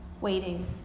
waiting